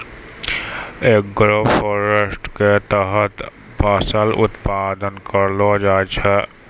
agroforestry के तहत फसल उत्पादन करलो जाय छै